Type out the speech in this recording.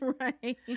right